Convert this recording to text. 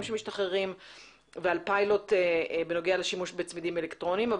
שמשתחררים ועל פיילוט בנוגע לשימוש בצמידים אלקטרוניים.